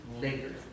later